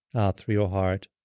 out through your heart.